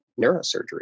neurosurgery